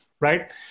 right